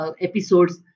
episodes